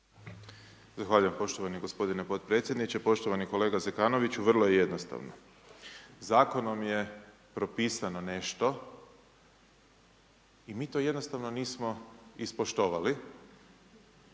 Zahvaljujem poštovani gospodine potpredsjedniče. Poštovani kolega Zekanović, vrlo je jednostavno, zakonom je propisano nešto, mi to jednostavno nismo ispoštovali